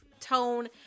tone